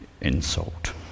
insult